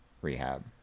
rehab